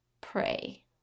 pray